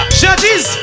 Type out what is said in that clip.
judges